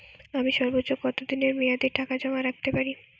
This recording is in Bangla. আমি সর্বোচ্চ কতদিনের মেয়াদে টাকা জমা রাখতে পারি?